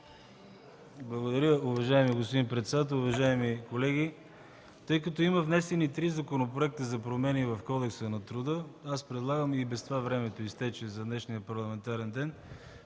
Благодаря. Уважаеми господин председател, уважаеми колеги! Има внесени три законопроекта за промени в Кодекса на труда, но тъй като и без това времето за днешния парламентарен ден